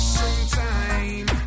sometime